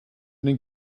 den